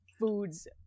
foods